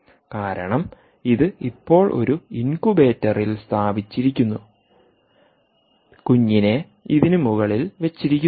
കാരണം ഇത് ഇപ്പോൾ ഒരു ഇൻകുബേറ്ററിൽ സ്ഥാപിച്ചിരിക്കുന്നു കുഞ്ഞിനെ ഇതിന് മുകളിൽ വച്ചിരിക്കുന്നു